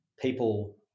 people